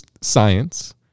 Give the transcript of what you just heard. science